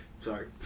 Sorry